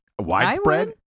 Widespread